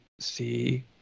see